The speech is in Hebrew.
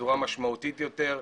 בצורה משמעותית יותר,